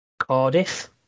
Cardiff